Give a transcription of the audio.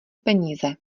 peníze